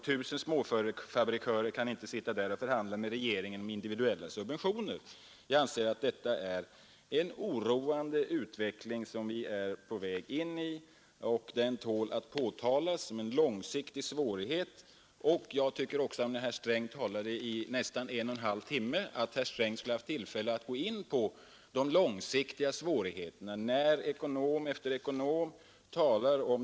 ”Tusen småfabrikörer kan inte förhandla med regeringen om individuella subventioner.” Jag anser att vi är på väg in i en oroande utveckling. Den tål att påtalas som en långsiktig svaghet. När herr Sträng har talat i nästan en och en halv timme, tycker jag att herr Sträng borde ha haft tillfälle att g de långsiktiga svagheterna. Ekonom efter ekonom talar ju om dessa.